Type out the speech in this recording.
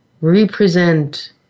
represent